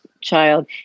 child